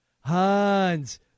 Hans